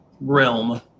realm